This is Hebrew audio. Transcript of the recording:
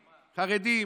חרדים,